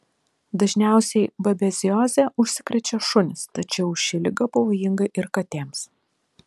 dažniausiai babezioze užsikrečia šunys tačiau ši liga pavojinga ir katėms